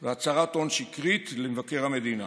והצהרת הון שקרית למבקר המדינה.